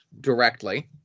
directly